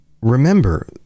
remember